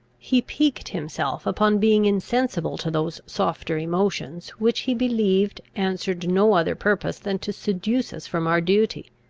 he piqued himself upon being insensible to those softer emotions, which, he believed, answered no other purpose than to seduce us from our duty.